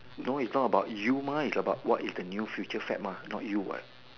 no is not about you mah is about what is the new future fab not you what